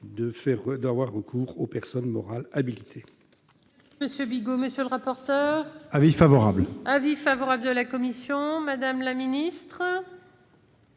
d'avoir recours aux personnes morales habilitées.